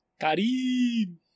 Karim